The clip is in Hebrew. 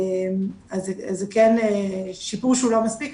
אז זה כן שיפור שהוא לא מספיק,